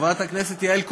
חברת הכנסת יעל כהן-פארן,